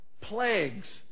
plagues